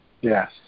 Yes